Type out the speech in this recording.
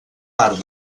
part